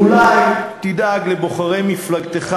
אולי תדאג לבוחרי מפלגתך,